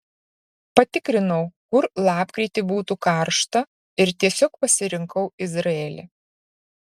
patikrinau kur lapkritį būtų karšta ir tiesiog pasirinkau izraelį